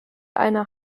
einer